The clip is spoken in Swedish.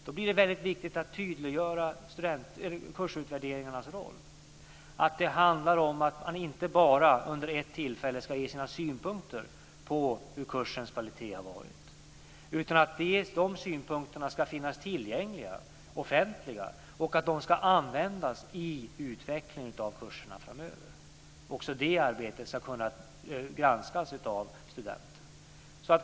Det blir väldigt viktigt att tydliggöra kursutvärderingarnas roll. Det handlar inte bara om att man vid ett tillfälle ska ge sina synpunkter på kursens kvalitet, utan de synpunkterna ska finnas tillgängliga och vara offentliga. De ska användas i utvecklingen av kurserna framöver. Det arbetet ska också kunna granskas av studenterna.